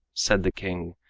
said the king,